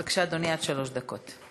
בבקשה, אדוני, עד שלוש דקות.